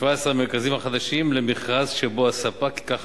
ב-17 המרכזים החדשים למכרז שבו הספק ייקח